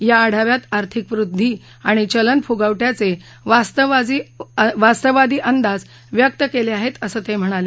या आढाव्यात आर्थिक वृद्धी आणि चलनफुगवट्याचे वास्तववादी अंदाज व्यक्त केले आहेत असं ते म्हणाले